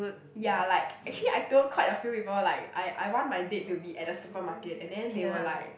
ya like actually I told quite a few people like I I want my date to be at a supermarket and then they were like